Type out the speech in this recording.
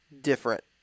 different